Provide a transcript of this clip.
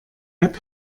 app